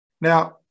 Now